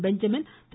Benjamin Thiru